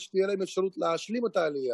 אנחנו משלמים הרבה על חשמל.